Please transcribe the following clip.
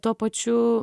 tuo pačiu